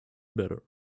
better